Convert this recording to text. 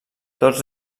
tots